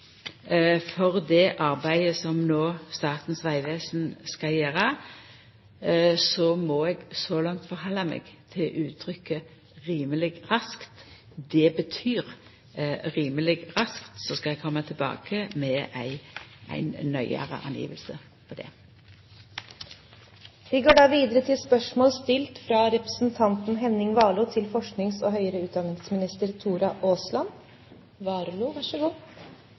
for det arbeidet som Statens vegvesen no skal gjera, må eg så langt halda meg til uttrykket rimeleg raskt. Det betyr rimeleg raskt, og så skal eg koma tilbake med ei nøyare tidfesting av det. Spørsmålene er utsatt til neste spørretime, da